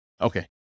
Okay